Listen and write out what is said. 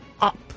up